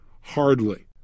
Hardly